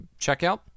checkout